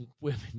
women